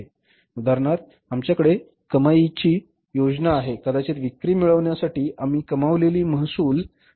उदाहरणार्थ आमच्याकडे कमाईची योजना आहे कदाचित विक्री मिळवण्यासाठी आम्ही कमावलेली महसूल